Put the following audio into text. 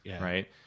right